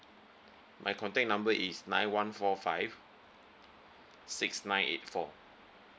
my contact number is nine one four five six nine eight four